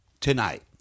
tonight